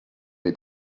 või